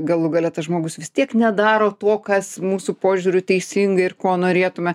galų gale tas žmogus vis tiek nedaro to kas mūsų požiūriu teisinga ir ko norėtume